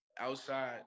outside